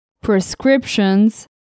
prescriptions